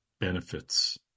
benefits